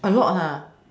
a lot ah